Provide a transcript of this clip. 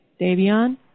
Davion